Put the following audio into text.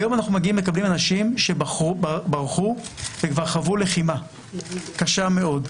היום אנחנו מקבלים אנשים שברחו וכבר חוו לחימה קשה מאוד,